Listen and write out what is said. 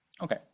Okay